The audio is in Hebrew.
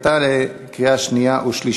20 בעד, אחד מתנגד.